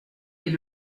est